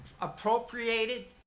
appropriated